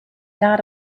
dot